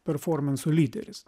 performanso lyderis